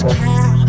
cow